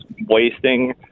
wasting